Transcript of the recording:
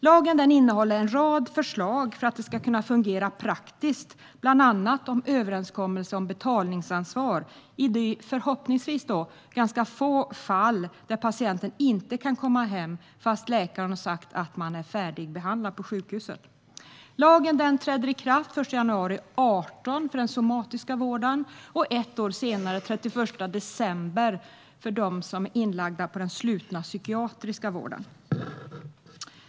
Lagen innehåller en rad förslag för att det ska kunna fungera praktiskt, bland annat om överenskommelser om betalningsansvar i de förhoppningsvis få fall där patienten inte kan komma hem fast läkaren har sagt att patienten är färdigbehandlad på sjukhuset. Lagen träder i kraft den 1 januari 2018 för den somatiska vården och ett år senare, den 31 december 2018, för dem som är inlagda inom den slutna psykiatriska vården.